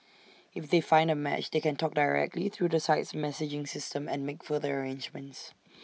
if they find A match they can talk directly through the site's messaging system and make further arrangements